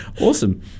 Awesome